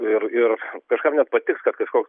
ir ir kažkam net patiks kad kažkoks